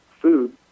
food